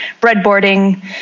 breadboarding